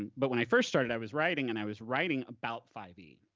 and but when i first started, i was writing and i was writing about five e,